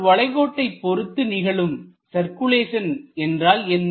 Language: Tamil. ஒரு வளைகோட்டை பொறுத்து நிகழும் சர்க்குலேஷன் என்றால் என்ன